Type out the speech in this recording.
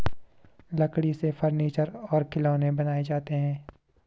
लकड़ी से फर्नीचर और खिलौनें बनाये जाते हैं